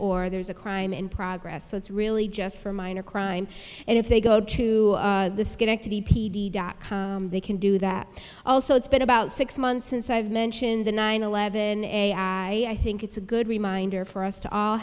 or there's a crime in progress so it's really just for minor crime and if they go to the schenectady they can do that also it's been about six months since i've mentioned the nine eleven a i think it's a good reminder for us to all